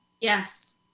Yes